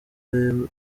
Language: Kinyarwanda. waremwe